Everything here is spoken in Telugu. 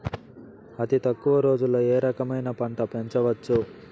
అతి తక్కువ రోజుల్లో ఏ రకమైన పంట పెంచవచ్చు?